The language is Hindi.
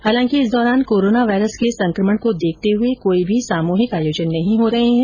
हालांकि इस दौरान कोरोना वायरस के संक्रमण को देखते हुए कोई भी सामूहिक आयोजन नहीं हो रहे है